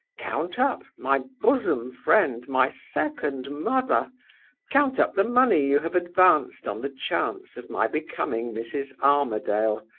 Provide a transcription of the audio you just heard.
count up my bosom friend, my second mother count up the money you have advanced on the chance of my becoming mrs. armadale,